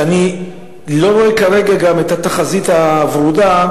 ואני לא רואה כרגע גם את התחזית הוורודה,